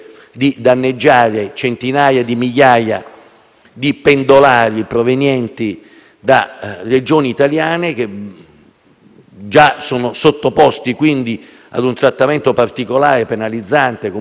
di pendolari provenienti da Regioni italiane, che già sono sottoposti a un trattamento particolarmente penalizzante (quello di recarsi per motivi di lavoro